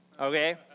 okay